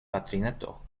patrineto